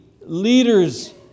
leaders